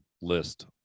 list